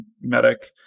Medic